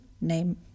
name